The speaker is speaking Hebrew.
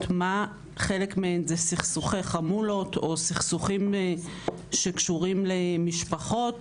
מה חלק מהם זה סכסוכי חמולות או סכסוכים שקשורים למשפחות.